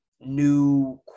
new